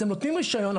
אתם נותנים רישיון,